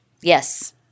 Yes